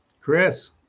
Chris